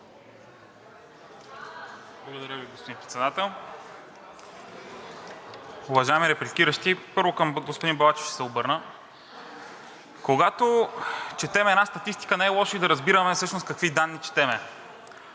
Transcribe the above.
Благодаря, господин Председател. Уважаеми репликиращи! Първо ще се обърна към господин Балачев. Когато четем една статистика, не е лошо и да разбираме всъщност какви данни четем.